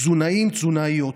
תזונאים, תזונאיות,